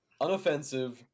unoffensive